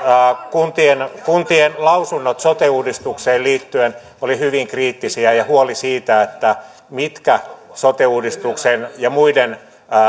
kuntien kuntien lausunnot sote uudistukseen liittyen olivat hyvin kriittisiä ja on huoli siitä mitkä sote uudistuksen ja muiden